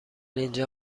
اینجا